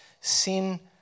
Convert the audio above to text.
sin